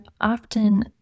often